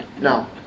No